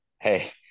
Hey